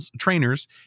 trainers